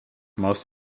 most